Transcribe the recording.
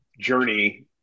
journey